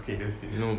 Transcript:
okay that's it